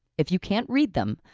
if you can't read them,